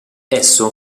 esso